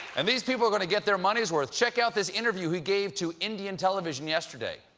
and these people are going to get their money's worth. check out this interview he gave to indian television yesterday.